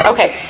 Okay